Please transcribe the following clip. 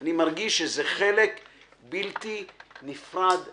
אני מרגיש שזה חלק בלתי נפרד ממני,